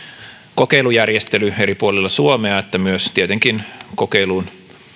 kokeilujärjestely eri puolilla suomea että tietenkin kokeiluun